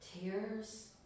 tears